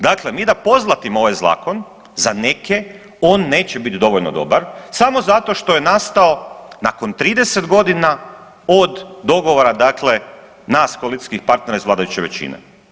Dakle, mi da pozlatimo ovaj zakon za neke on neće biti dovoljno dobar samo zato što je nastao nakon 30 godina od dogovora nas koalicijskih partnera iz vladajuće većine.